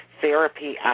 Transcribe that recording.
therapy